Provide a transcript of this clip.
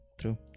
true